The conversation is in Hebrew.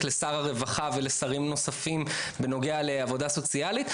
לשר הרווחה ולשרים נוספים בנוגע לעבודה סוציאלית,